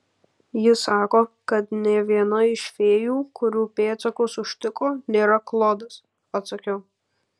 ji sako kad nė viena iš fėjų kurių pėdsakus užtiko nėra klodas atsakiau